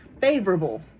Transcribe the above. favorable